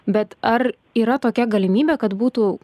bet ar yra tokia galimybė kad būtų